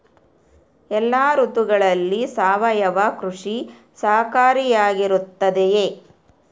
ಎಲ್ಲ ಋತುಗಳಲ್ಲಿ ಸಾವಯವ ಕೃಷಿ ಸಹಕಾರಿಯಾಗಿರುತ್ತದೆಯೇ?